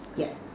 yeah